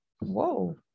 Whoa